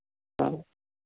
ആ